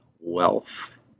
wealth